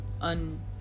un